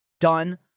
done